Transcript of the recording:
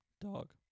Dog